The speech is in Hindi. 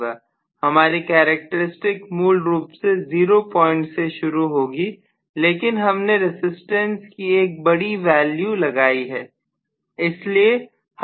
हमारी कैरेक्टर स्टिक मूल रूप से 0 पॉइंट से शुरू होगी लेकिन हमने रजिस्टेंस की एक बड़ी वॉल्यूम लगाई है